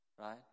right